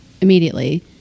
immediately